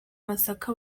masaka